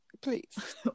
please